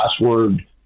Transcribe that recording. password